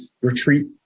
retreat